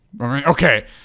Okay